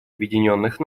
объединенных